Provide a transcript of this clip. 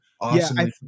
awesome